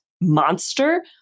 monster